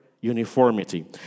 Uniformity